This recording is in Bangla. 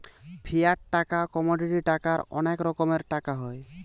ফিয়াট টাকা, কমোডিটি টাকার অনেক রকমের টাকা হয়